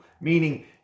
meaning